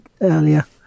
earlier